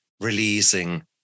releasing